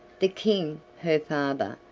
the king, her father,